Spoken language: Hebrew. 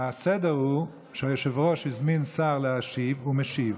הסדר הוא שהיושב-ראש הזמין שר להשיב, והוא משיב.